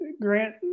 Grant